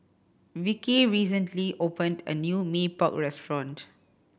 Vicky recently opened a new Mee Pok restaurant